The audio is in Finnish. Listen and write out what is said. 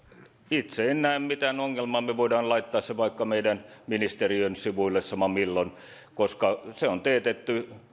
itse en näe mitään ongelmaa me voimme laittaa sen vaikka meidän ministeriömme sivuille sama milloin koska se on teetetty